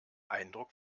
eindruck